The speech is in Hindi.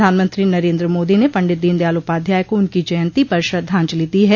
प्रधानमंत्री नरेन्द्र मोदी ने पंडित दीनदयाल उपाध्याय को उनकी जयंती पर श्रद्धांजलि दी है